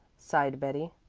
sighed betty.